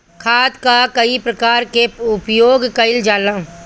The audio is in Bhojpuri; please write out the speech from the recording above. खाद कअ कई प्रकार से उपयोग कइल जाला